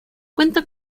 cuenta